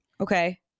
okay